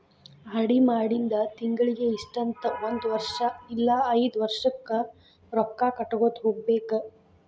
RD ಮಾಡಿಂದ ತಿಂಗಳಿಗಿ ಇಷ್ಟಂತ ಒಂದ್ ವರ್ಷ್ ಇಲ್ಲಾ ಐದ್ ವರ್ಷಕ್ಕ ರೊಕ್ಕಾ ಕಟ್ಟಗೋತ ಹೋಗ್ಬೇಕ್